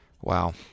Wow